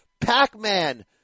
Pac-Man